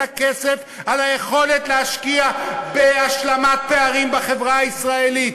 הכסף שנועד ליכולת להשקיע בהשלמת פערים בחברה הישראלית.